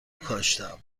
کاشتم